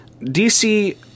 dc